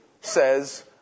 says